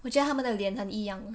我觉得他们的脸很一样